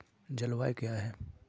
जलवायु क्या है?